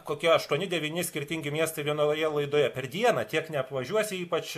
kokie aštuoni devyni skirtingi miestai vienoje laidoje per dieną tiek neapvažiuosi ypač